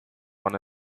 one